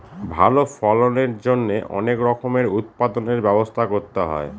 ভালো ফলনের জন্যে অনেক রকমের উৎপাদনর ব্যবস্থা করতে হয়